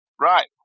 Right